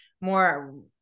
more